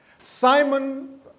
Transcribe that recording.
Simon